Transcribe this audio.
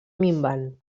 minvant